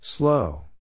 Slow